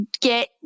get